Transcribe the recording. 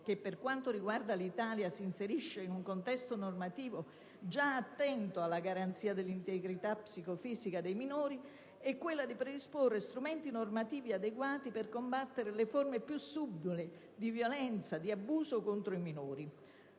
che per quanto riguarda l'Italia si inserisce in un contesto normativo già attento alla garanzia dell'integrità psicofisica dei minori, è quella di predisporre strumenti normativi adeguati per combattere le forme più subdole di violenza e abuso contro i minori.